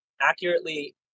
Accurately